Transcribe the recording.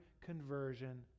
conversion